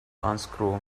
unscrew